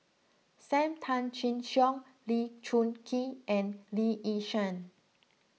Sam Tan Chin Siong Lee Choon Kee and Lee Yi Shyan